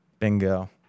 Bingo